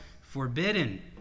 forbidden